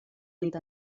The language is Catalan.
nit